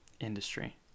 industry